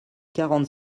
quarante